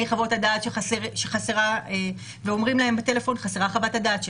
חוות הדעת שחסרה ואומרים להם בטלפון שחסרה חוות הדעת שלהם.